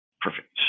Perfect